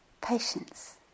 patience